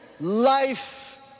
life